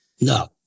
No